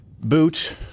Boot